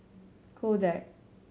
Kodak